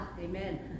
Amen